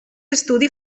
estudi